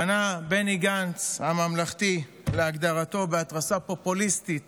פנה בני גנץ, הממלכתי, להגדרתו, בהתרסה פופוליסטית